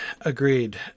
agreed